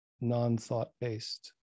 non-thought-based